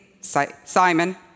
Simon